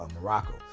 Morocco